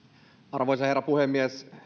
arvoisa herra puhemies